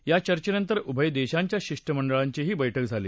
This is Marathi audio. या चर्चेनंतर उभय देशांच्या शिष्टमंडळांची बैठक झाली